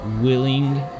willing